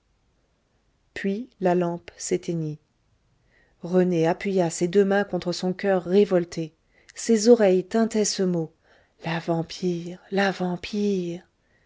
puis la lampe s'éteignit rené appuya ses deux mains contre son coeur révolté ses oreilles tintaient ce mot la vampire la vampire